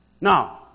Now